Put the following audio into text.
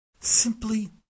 simply